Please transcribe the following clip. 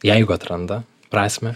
jeigu atranda prasmę